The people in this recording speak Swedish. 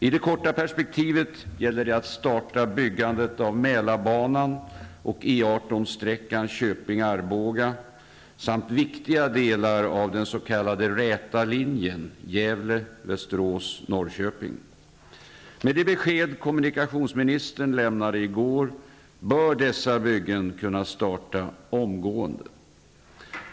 I det korta perspektivet gäller det att starta byggandet av Mälarbanan och Norrköping. Med det besked kommunikationsministern lämnade i går, bör dessa byggen kunna starta omgående.